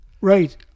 Right